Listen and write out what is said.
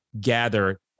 gather